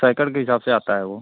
सैकड़े के हिसाब से आता है वो